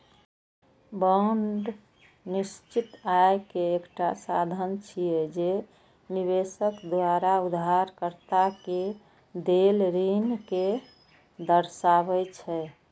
bond निश्चित आय के एकटा साधन छियै, जे निवेशक द्वारा उधारकर्ता कें देल ऋण कें दर्शाबै छै